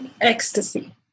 ecstasy